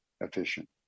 efficient